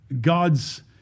God's